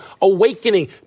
awakening